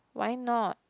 why not